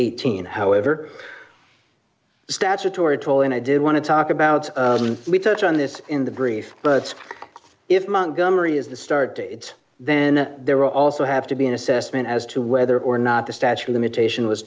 eighteen however statutory tool and i did want to talk about we touch on this in the brief but if montgomery is the start to it then there are also have to be an assessment as to whether or not the statue of limitation was